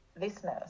listeners